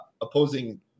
opposing